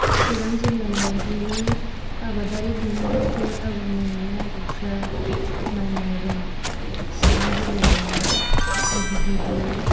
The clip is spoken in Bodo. चिरां जिल्लायाव गिबि आबादारि दिहुन्थाइफोर आबाद मावनायनि आदबफोरा माइ मायरं चिरां जिल्लायाव गिबि गिबि